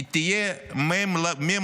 היא תהיה ממלכתית.